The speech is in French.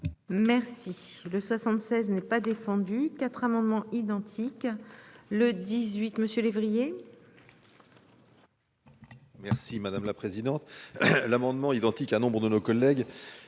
Merci. Le 76 n'est pas défendu quatre amendements identiques. Le 18 monsieur lévrier. Merci madame la présidente. L'amendement identique à nombres de nos collègues